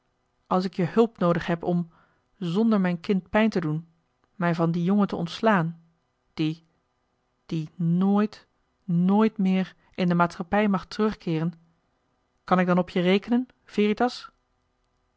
als ik je hulp noodig heb om zonder mijn kind pijn te doen mij van dien jongen te ontslaan die die nooit nooit meer in de maatschappij mag terugkeeren kan ik dan op je rekenen veritas